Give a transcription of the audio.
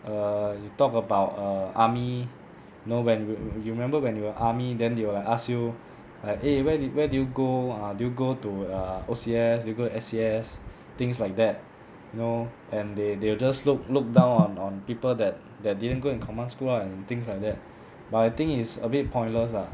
err they talk about err army know when you remember when you were in army then they will ask you like eh where did where do you go did you go to err O_C_S you go S_C_S things like that you know and they they will just look look down on on people that that didn't go in command school and things like that but I think it's a bit pointless lah